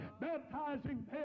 baptizing